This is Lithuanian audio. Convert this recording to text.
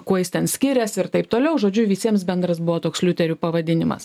kuo jis ten skiriasi ir taip toliau žodžiu visiems bendras buvo toks liuterių pavadinimas